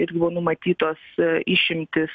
irgi buvo numatytos išimtys